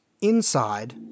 inside